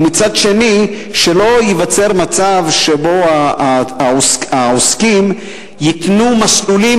ומצד שני שלא ייווצר מצב שבו העוסקים ייתנו מסלולים